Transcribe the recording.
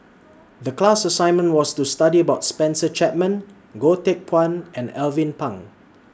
The class assignment was to study about Spencer Chapman Goh Teck Phuan and Alvin Pang